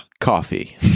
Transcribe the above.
Coffee